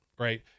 Right